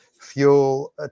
fuel